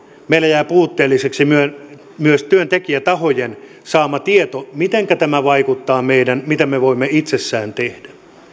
meillä jää puutteelliseksi myös myös työntekijätahojen saama tieto mitenkä tämä vaikuttaa siihen mitä me voimme itsessämme tehdä